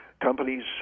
Companies